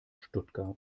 stuttgart